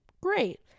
Great